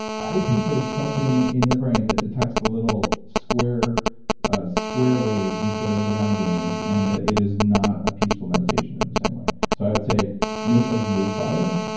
i think there's something in the brain that detects the little square ah square waves instead of the round waves and that it is not a peaceful meditation in the same way. so i would say make a real fire.